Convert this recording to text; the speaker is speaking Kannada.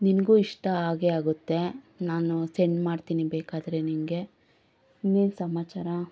ನಿನಗೂ ಇಷ್ಟ ಆಗೇ ಆಗುತ್ತೆ ನಾನು ಸೆಂಡ್ ಮಾಡ್ತೀನಿ ಬೇಕಾದರೆ ನಿನಗೆ ಇನ್ನೇನು ಸಮಾಚಾರ